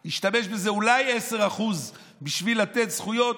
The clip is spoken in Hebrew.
הוא השתמש בזה אולי ב-10% בשביל לתת זכויות,